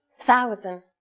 thousand